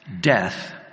death